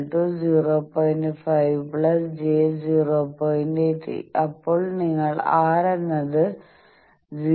8 അപ്പോൾ നിങ്ങൾ R എന്നത് 0